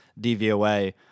DVOA